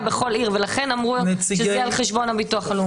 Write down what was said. ולכן אמרו שזה יהיה על חשבון הביטוח הלאומי.